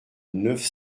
neuf